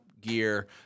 gear